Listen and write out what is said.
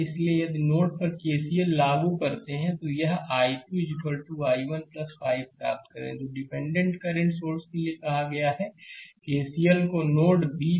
इसलिए यदि नोड पर केसीएल लागू कर रहे हैं तो एक I2 I1 5 प्राप्त करें डिपेंडेंटdependent करंट सोर्स के लिए कहा गया KCL को नोड B पर लागू करें